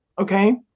Okay